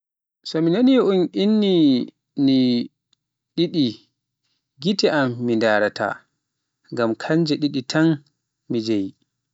So mi nani un inni ni didi, gite am mi ndaraata, ngam kanje tam mi jeyii.